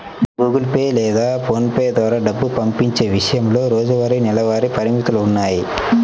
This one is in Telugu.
గుగుల్ పే లేదా పోన్ పే ద్వారా డబ్బు పంపించే విషయంలో రోజువారీ, నెలవారీ పరిమితులున్నాయి